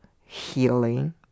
healing